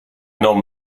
homme